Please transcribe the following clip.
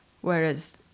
Whereas